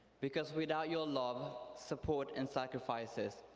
because without your love, ah support, and sacrifices,